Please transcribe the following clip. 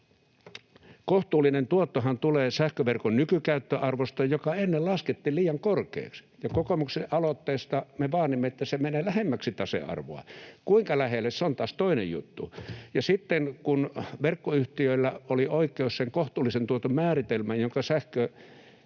Kohtuullinen tuottohan tulee sähköverkon nykykäyttöarvosta, joka ennen laskettiin liian korkeaksi, ja kokoomuksen aloitteessa me vaadimme, että se menee lähemmäksi tasearvoa — kuinka lähelle, se on taas toinen juttu. Ja sitten kun verkkoyhtiöillä oli oikeus sen kohtuullisen tuoton määritelmään, jonka